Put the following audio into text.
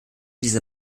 dieser